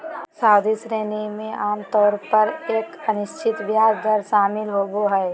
सावधि ऋण में आमतौर पर एक अनिश्चित ब्याज दर शामिल होबो हइ